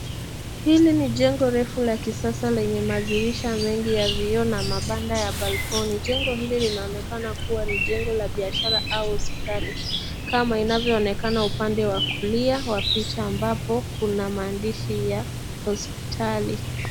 Hili ni jengo refu la kisasa lenye madirisha mengi ya vioo na mabanda ya balcony . Jengo hili linaonekana kuwa ni jengo la biashara au hospitali kama inavyoonekana upande wa kulia wa picha ambapo kuna maandishi ya hospitali.